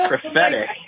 prophetic